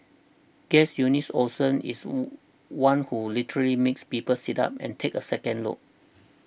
guess Eunice Olsen is oh one who will literally make people sit up and take a second look